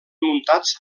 muntats